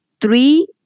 three